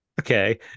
okay